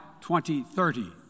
2030